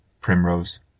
primrose